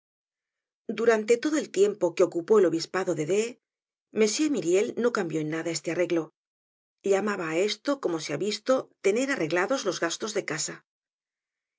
durante todo el tiempo que ocupó el obispado de d m myriel no cambió en nada este arreglo llamaba á esto como se ha visto te ner arreglados los gastos de su casa